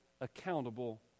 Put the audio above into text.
accountable